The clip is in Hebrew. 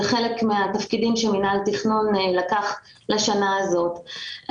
זה חלק מהתפקידים שמינהל התכנון לקח לשנה הזאת.